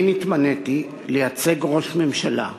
אני נתמניתי לייצג ראש ממשלה,